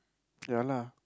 ya lah